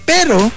Pero